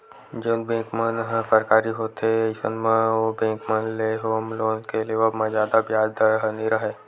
जउन बेंक मन ह सरकारी होथे अइसन म ओ बेंक मन ले होम लोन के लेवब म जादा बियाज दर ह नइ राहय